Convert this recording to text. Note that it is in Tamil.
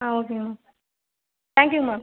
ah okay ma'am thank you ma'am